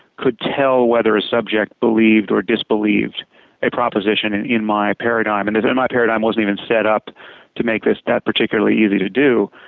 could tell whether a subject believed or disbelieved a proposition and in my paradigm, and and my paradigm wasn't even set up to make that particularly easy to do.